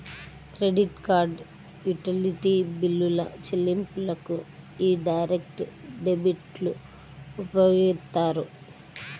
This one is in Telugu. క్రెడిట్ కార్డ్, యుటిలిటీ బిల్లుల చెల్లింపులకు యీ డైరెక్ట్ డెబిట్లు ఉపయోగిత్తారు